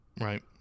Right